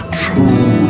true